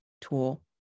tool